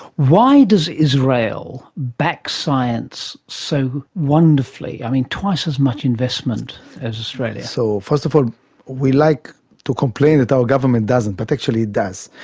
why does israel back science so wonderfully? i mean, twice as much investment as australia. so first of all we like to complain that our government doesn't but actually it does,